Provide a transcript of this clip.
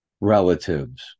relatives